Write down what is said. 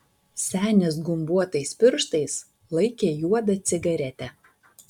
senis gumbuotais pirštais laikė juodą cigaretę